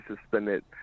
suspended